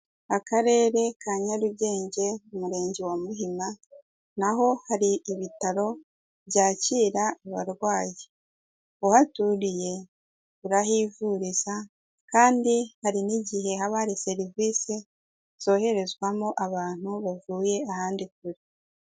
Akarere ka Nyarugenge mu murenge wa Muhima, naho hari ibitaro byakira abarwayi. Uhaturiye urahivuriza kandi hari n'igihe haba hari serivisi zoherezwamo abantu bavuye ahandi kure.